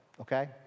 Okay